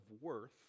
worth